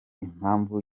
impamvu